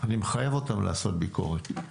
אני מחייב אותם לעשות ביקורת.